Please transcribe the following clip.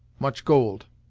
much gold.